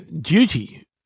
Duty